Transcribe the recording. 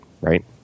right